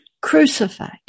Crucified